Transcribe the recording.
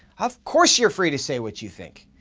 of course you are free to say what you think,